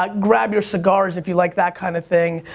ah grab your cigars if you like that kind of thing.